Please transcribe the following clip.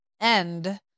end